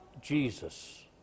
Jesus